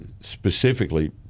specifically